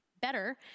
better